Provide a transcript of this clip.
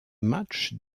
matchs